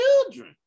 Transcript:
children